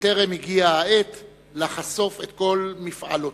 וטרם הגיעה העת לחשוף את כל מפעלותיו.